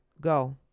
Go